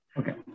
okay